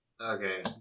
Okay